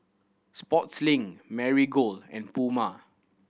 Sportslink Marigold and Puma